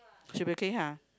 should be okay ha